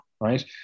right